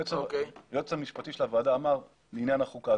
היועץ המשפטי של הוועדה לעניין החוקה,